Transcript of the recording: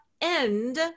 end